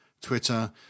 twitter